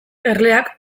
erleak